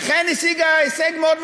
אכן היא השיגה הישג מאוד משמעותי.